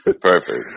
Perfect